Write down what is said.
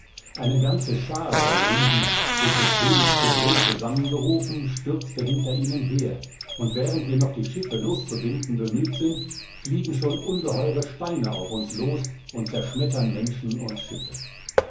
eine ganze schar von riesen durch des königs gebrüll zusammengerufen stürzte hinter ihnen her und während wir noch die schiffe loszubinden bemüht sind fliegen schon ungeheure steine auf uns los und zerschmettern menschen und schiffe